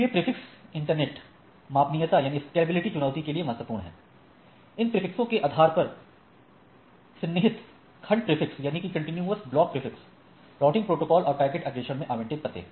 इसलिए prefix internet मपनीयता चुनौती के लिए महत्वपूर्ण हैं इन प्रिफिक्सों के आधार पर सन्निहित खंड प्रिफिक्स राउटिंग प्रोटोकॉल और पैकेट अग्रेषण में आवंटित पते